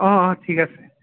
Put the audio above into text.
অ অ ঠিক আছে